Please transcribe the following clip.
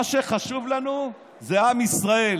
מה שחשוב לנו זה עם ישראל.